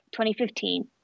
2015